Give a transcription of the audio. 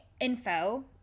info